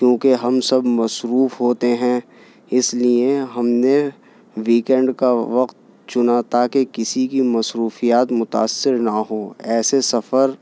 کیونکہ ہم سب مصروف ہوتے ہیں اس لیے ہم نے ویکینڈ کا وقت چنا تاکہ کسی کی مصروفیات متاثر نہ ہوں ایسے سفر